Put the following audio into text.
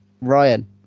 Ryan